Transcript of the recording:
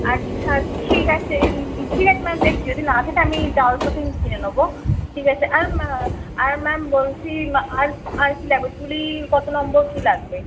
আচ্ছা ঠিক আছে ঠিক আছে ম্যাম দেখছি যদি না থাকে আমি যাওয়ার পথে কিনে নেবো ঠিক আছে আর ম্যা আর ম্যাম বলছি আর আর কী লাগবে তুলি কতো নম্বর কী লাগবে